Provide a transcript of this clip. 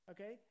Okay